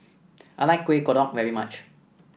I like Kueh Kodok very much